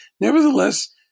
Nevertheless